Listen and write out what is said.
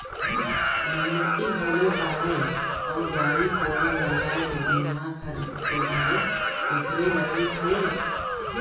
मेहनती घलो अहे अउ बाड़ी कोला लगाए के दिमाक हर तो घलो ऐखरे रहिस हे